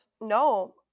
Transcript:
No